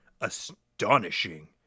Astonishing